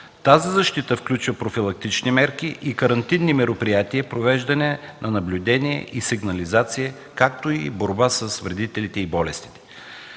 Тази защита включва профилактични мерки и карантинни мероприятия, провеждане на наблюдение и сигнализация, както и борба с вредителите и болестите.